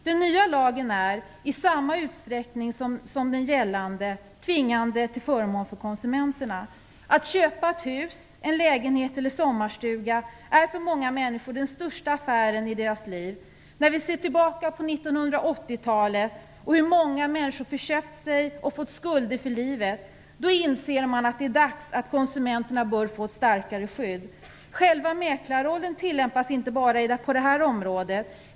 Den nya lagen är i samma utsträckning som den gällande tvingande till förmån för konsumenterna. Att köpa hus, lägenhet eller sommarstuga är för många människor den största affären i deras liv. När vi ser tillbaka på 1980-talet och hur många människor som har förköpt sig och fått skulder för livet, då inser man att det är dags att konsumenterna bör få ett starkare skydd. Själva mäklarrollen tillämpas inte bara inom det här området.